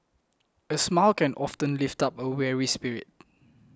a smile can often lift up a weary spirit